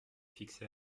fixé